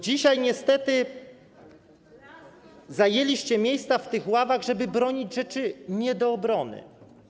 Dzisiaj niestety zajęliście miejsca w tych ławach, żeby bronić rzeczy nie do obronienia.